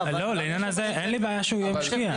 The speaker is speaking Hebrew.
לעניין הזה אין לי בעיה שהוא ישקיע.